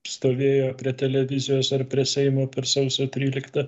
stovėjo prie televizijos ar prie seimo per sausio tryliktą